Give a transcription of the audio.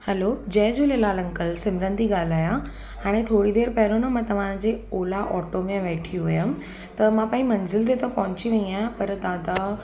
hello जय Jhulelal uncle Simran थी ॻाल्हायां हाणे थोरी देरि पहिरियों न मां तव्हांजे ओला ऑटो में वेठी हुयमि त मां पंहिंजी मंज़िल ते त पहुची वई आहियां पर दादा